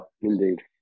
Indeed